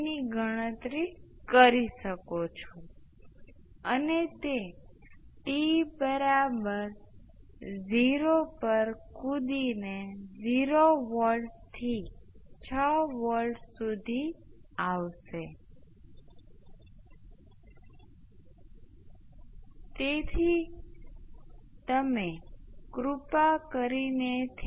તેથી મને સર્કિટના આ ભાગની નકલ કરવા દો અને જુદા જુદા સમીકરણો લખો હવે I1 ને પસંદ કરીશું કારણ કે ચલ I1 એ સારી રીતે L1 નો વિદ્યુત પ્રવાહ અને કિર્ચોફ નો કરંટ લો છે અને આ નોડ આપણને ખબર છે કે L 2 નો વિદ્યુત પ્રવાહ I s I 1 છે